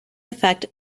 effect